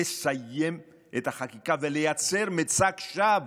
לסיים את החקיקה ולייצר מצג שווא